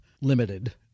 limited